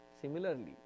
Similarly